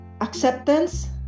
Acceptance